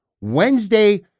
Wednesday